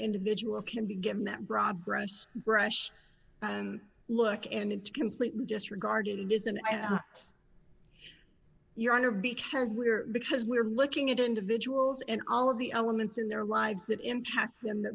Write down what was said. individual can be given that broad brush brush look and it's completely just regarded it is an your honor because we're because we're looking at individuals and all of the elements in their lives that impact them t